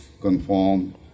conform